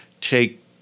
take